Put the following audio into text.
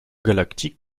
galactique